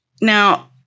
Now